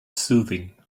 soothing